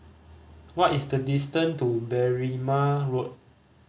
what is the distance to Berrima Road